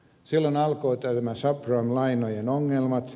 silloin alkoivat nämä subprime lainojen ongelmat